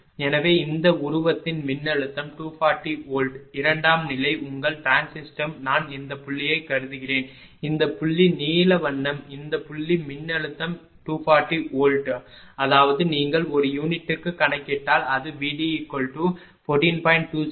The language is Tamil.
எனவே இந்த உருவத்தின் மின்னழுத்தம் 240 V இரண்டாம் நிலை உங்கள் டிரான்ஸ் சிஸ்டம் நான் இந்த புள்ளியை கருதுகிறேன் இந்த புள்ளி நீல வண்ணம் இந்த புள்ளி மின்னழுத்தம் 240 V வலது அதாவது நீங்கள் ஒரு யூனிட்டுக்கு கணக்கிட்டால் அது VD14